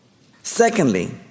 Secondly